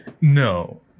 No